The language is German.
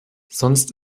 sonst